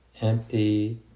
Empty